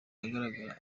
ahagaragara